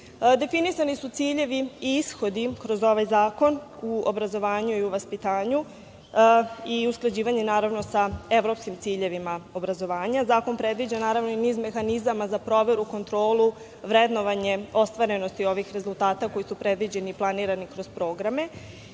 primenjuju. Definisani su ciljevi i ishodi kroz ovaj zakon u obrazovanju i vaspitanju i usklađivanje, naravno, sa evropskim ciljevima obrazovanja. Zakon predviđa i niz mehanizama za proveru, kontrolu, vrednovanje ostvarenosti ovih rezultata koji su predviđeni i planirani kroz programe.